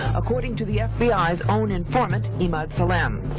according to the fbi's own informant emad salem.